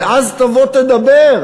ואז תבוא תדבר,